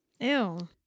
ew